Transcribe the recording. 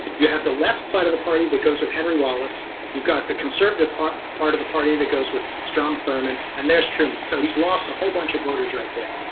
you have the left side of the party that goes with henry wallace you've got the conservative part part of the party that goes with strom thurman and there's truman. so he's lost a whole bunch of voters right there.